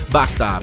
basta